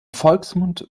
volksmund